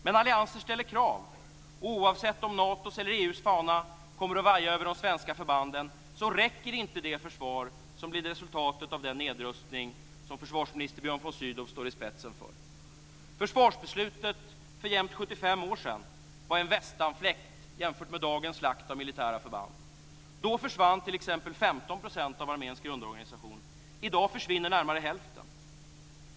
Men allianser ställer krav, och oavsett om Natos eller EU:s fana kommer att vaja över de svenska förbanden räcker inte det försvar som blir resultatet av den nedrustning som försvarsminister Björn von Sydow står i spetsen för. Försvarsbeslutet för jämnt 75 år sedan var en västanfläkt jämfört med dagens slakt av militära förband. Då försvann t.ex. 15 % av arméns grundorganisation. I dag försvinner närmare hälften.